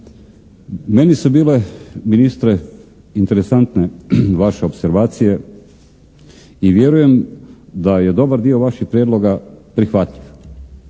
Meni su bile ministre interesantne vaše opservacije i vjerujem da je dobar dio vaših prijedlog prihvatljiv.